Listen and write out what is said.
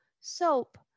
soap